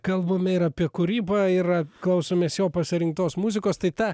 kalbame ir apie kūrybą ir klausomės jo pasirinktos muzikos tai ta